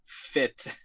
fit